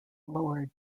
lower